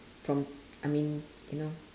from I mean you know